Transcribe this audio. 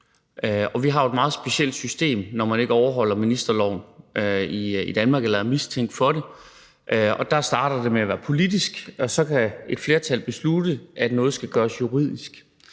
Og vi har jo et meget specielt system, når man i Danmark ikke overholder ministeransvarlighedsloven eller er mistænkt for ikke at gøre det. Der starter det med at være politisk, og så kan et flertal beslutte, at noget skal gøres juridisk,